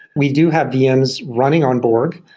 we do have vms running on borg,